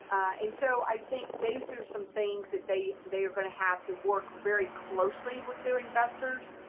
and so i think those are some things that they they are going to have to work very closely with their investors.